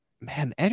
man